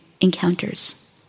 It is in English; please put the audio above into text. encounters